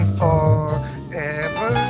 forever